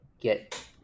get